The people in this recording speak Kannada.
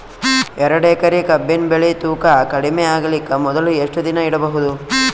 ಎರಡೇಕರಿ ಕಬ್ಬಿನ್ ಬೆಳಿ ತೂಕ ಕಡಿಮೆ ಆಗಲಿಕ ಮೊದಲು ಎಷ್ಟ ದಿನ ಇಡಬಹುದು?